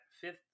fifth